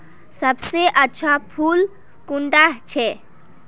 सबसे अच्छा फुल कुंडा छै?